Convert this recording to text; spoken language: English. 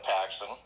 Paxson